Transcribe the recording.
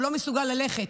הוא לא מסוגל ללכת,